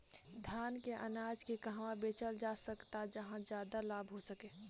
धान के अनाज के कहवा बेचल जा सकता जहाँ ज्यादा लाभ हो सके?